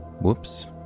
whoops